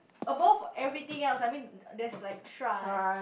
above everything else I mean there's like trust